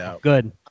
Good